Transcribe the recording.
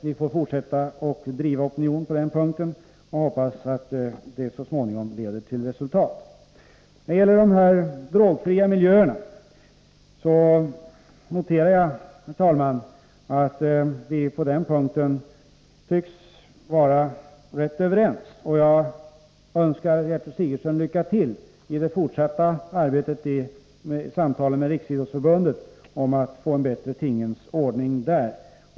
Vi får fortsätta att bearbeta opinionen på den punkten och hoppas att det så småningom leder till resultat. Beträffande de drogfria miljöerna noterar jag, herr talman, att vi på den punkten tycks vara ganska överens. Jag önskar Gertrud Sigurdsen lycka till i de fortsatta samtalen med Riksidrottsförbundet i syfte att få en bättre tingens ordning där.